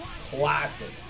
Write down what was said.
Classic